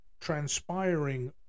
transpiring